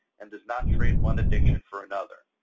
and does not trade one addiction for another.